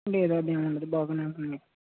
లేదు అదేం ఉండదు బాగానే ఉంటది మీకు